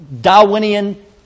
Darwinian